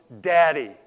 Daddy